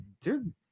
dude